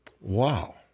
Wow